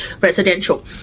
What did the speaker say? residential